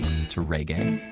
to reggae